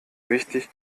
wichtig